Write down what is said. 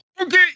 okay